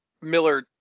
Miller